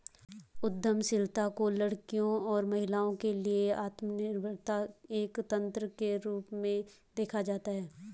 उद्यमशीलता को लड़कियों और महिलाओं के लिए आत्मनिर्भरता एक तंत्र के रूप में देखा जाता है